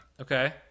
Okay